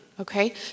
Okay